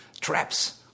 traps